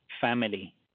family